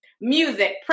music